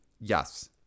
Yes